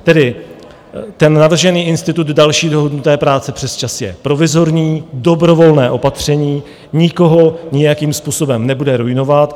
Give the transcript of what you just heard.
Tedy ten navržený institut další dohodnuté práce přesčas je provizorní, dobrovolné opatření, nikoho nějakým způsobem nebude ruinovat.